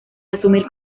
asumir